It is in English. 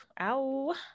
Ow